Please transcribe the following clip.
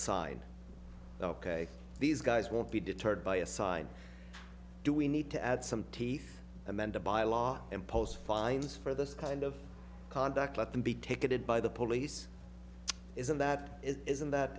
side ok these guys will be deterred by a side do we need to add some teeth and then to by law impose fines for this kind of conduct let them be taken it by the police isn't that it isn't that